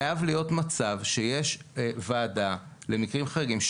חייב להיות מצב שישנה וועדה כל שהיא למקרים חריגים,